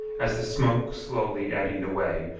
as the smoke slowly eddied away,